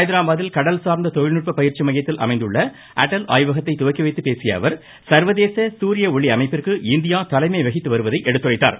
ஹைதராபாதில் கடல்சார்ந்த தொழில்நுட்ப பயிற்சி மையத்தில் அமைந்துள்ள அடல் ஆய்வகத்தை துவக்கி வைத்து பேசியஅவர் சர்வதேச சூரிய ஒளி அமைப்பிற்கு இந்தியா தலைமை வகித்து வருவதை எடுத்துரைத்தார்